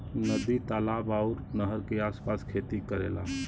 नदी तालाब आउर नहर के आस पास खेती करेला